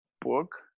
book